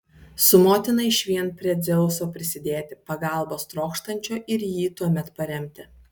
su motina išvien prie dzeuso prisidėti pagalbos trokštančio ir jį tuomet paremti